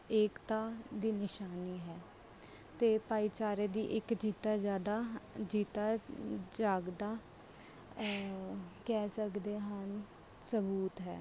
ਏਕਤਾ ਦੀ ਨਿਸ਼ਾਨੀ ਹੈ ਅਤੇ ਭਾਈਚਾਰੇ ਦੀ ਇੱਕ ਜੀਤਾ ਜਿਆਦਾ ਜੀਤਾ ਜਾਗਦਾ ਕਹਿ ਸਕਦੇ ਹਨ ਸਬੂਤ ਹੈ